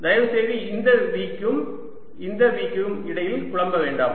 தயவுசெய்து இந்த V க்கும் இந்த V க்கும் இடையில் குழப்ப வேண்டாம்